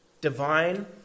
divine